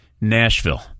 Nashville